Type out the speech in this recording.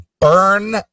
burn